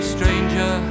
Stranger